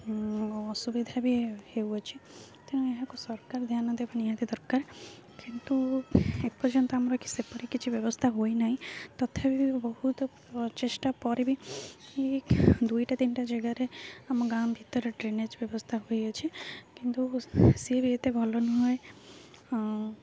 ଅସୁବିଧା ବି ହେଉଅଛି ତେଣୁ ଏହାକୁ ସରକାର ଧ୍ୟାନ ଦେବା ନିହାତି ଦରକାର କିନ୍ତୁ ଏପର୍ଯ୍ୟନ୍ତ ଆମର କି ସେପରି କିଛି ବ୍ୟବସ୍ଥା ହୋଇନାହିଁ ତଥାପି ବହୁତ ଚେଷ୍ଟା ପରେ ବି ଦୁଇଟା ତିନିଟା ଜାଗାରେ ଆମ ଗାଁ ଭିତରେ ଡ୍ରେନେଜ୍ ବ୍ୟବସ୍ଥା ହୋଇଅଛି କିନ୍ତୁ ସେ ବି ଏତେ ଭଲ ନୁହେଁ